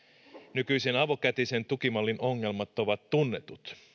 nykyisen avokätisen tukimallin ongelmat ovat tunnetut